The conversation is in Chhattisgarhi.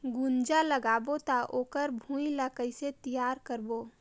गुनजा लगाबो ता ओकर भुईं ला कइसे तियार करबो?